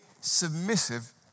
submissive